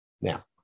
Now